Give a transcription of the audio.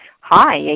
Hi